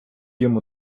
йому